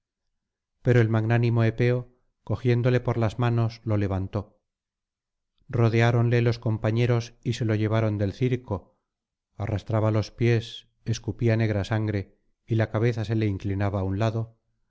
pero el magnánimo epeo cogiéndole por las manos lo levantó rodeáronle los compañeros y se lo llevaron del circo arrastraba los pies escupía negra sangre y la cabeza se le inclinaba á un lado